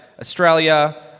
Australia